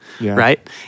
Right